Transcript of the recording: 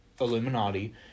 Illuminati